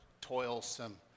toilsome